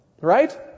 Right